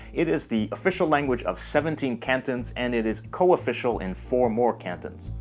it is the official language of seventeen cantons and it is co-official in four more cantons.